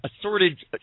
assorted